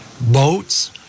Boats